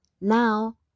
now